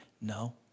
no